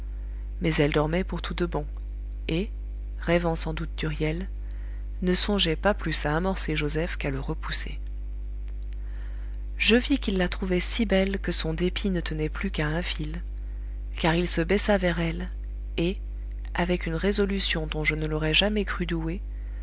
mais elle dormait pour tout de bon et rêvant sans doute d'huriel ne songeait pas plus à amorcer joseph qu'à le repousser je vis qu'il la trouvait si belle que son dépit ne tenait plus qu'à un fil car il se baissa vers elle et avec une résolution dont je ne l'aurais jamais cru doué